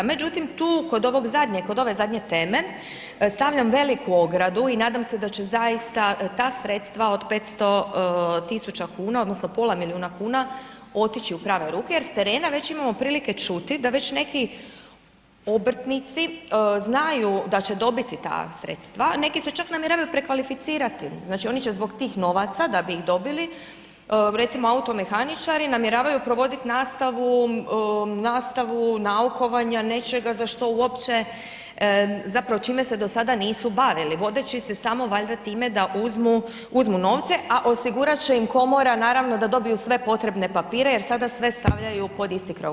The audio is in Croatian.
Međutim tu kod ovog zadnjeg, kod ove zadnje teme stavljam veliku ogradu i nadam se da će zaista ta sredstva od 500 tisuća kuna odnosno pola milijuna kuna otići u prave ruke jer s terena već imamo prilike čuti da već neki obrtnici znaju da će dobiti ta sredstva, neki se čak namjeravaju prekvalificirati, znači oni će zbog tih novaca, da bi ih dobili, recimo automehaničari namjeravaju provoditi nastavu naukovanja, nečega za što uopće zapravo čim se do sada nisu bavili, vodeći se samo valjda time da uzmi novce, a osigurat će im komora, naravno, da dobiju sve potrebne papire jer sada sve stavljaju pod isti krov.